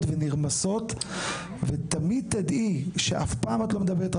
ונרמסות ותמיד תדעי שאף פעם את לא מדברת,